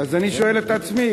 אז אני שואל את עצמי,